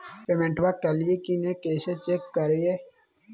पेमेंटबा कलिए की नय, कैसे चेक करिए?